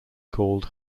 called